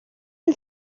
and